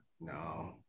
No